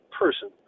person